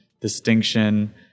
distinction